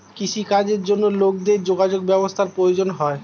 কৃষি কাজের জন্য লোকেদের যোগাযোগ ব্যবস্থার প্রয়োজন হয়